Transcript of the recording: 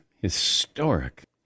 Historic